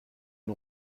une